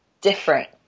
different